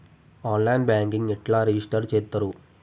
On line banking ఎట్లా register చేత్తరు?